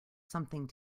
something